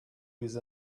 with